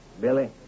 Billy